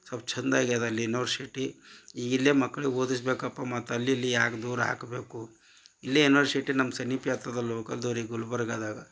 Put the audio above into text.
ಸ್ವಲ್ಪ ಚಂದಾಗೆದು ಅಲ್ಲಿ ಯುನಿವರ್ಸಿಟಿ ಈಗ ಇಲ್ಲೆ ಮಕ್ಳು ಓದಿಸಬೇಕಪ್ಪ ಮತ್ತು ಅಲ್ಲಿ ಇಲ್ಲಿ ಯಾಕೆ ದೂರ ಹಾಕಬೇಕು ಇಲ್ಲೆ ಯುನಿವರ್ಸಿಟಿ ನಮ್ಮ ಸಮೀಪೆ ಆಗ್ತೊದಲ್ಲೋ ಗುಲ್ಬರ್ಗದಾಗ